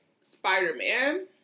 Spider-Man